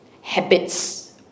Habits